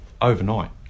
overnight